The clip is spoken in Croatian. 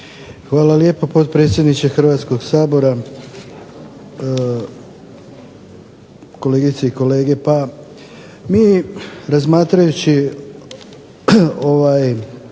Hvala lijepo potpredsjedniče Hrvatskog sabora, kolegice i kolege. Pa mi razmatrajući izvješće